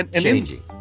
changing